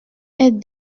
est